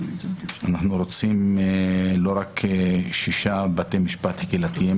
אנחנו לא רוצים רק שישה בתי משפט קהילתיים,